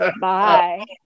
Bye